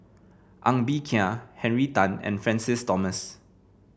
Ng Bee Kia Henry Tan and Francis Thomas